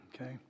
Okay